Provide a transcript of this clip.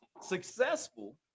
successful